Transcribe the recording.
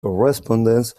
correspondence